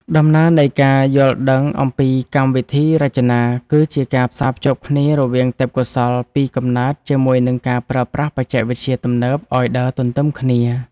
ដំណើរនៃការយល់ដឹងអំពីកម្មវិធីរចនាគឺជាការផ្សារភ្ជាប់គ្នារវាងទេពកោសល្យពីកំណើតជាមួយនឹងការប្រើប្រាស់បច្ចេកវិទ្យាទំនើបឱ្យដើរទន្ទឹមគ្នា។